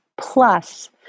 plus